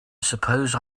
suppose